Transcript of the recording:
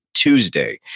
Tuesday